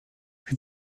più